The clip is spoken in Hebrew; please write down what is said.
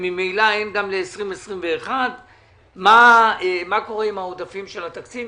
וממילא אין גם לשנת 2021. מה קורה עם עודפי התקציב?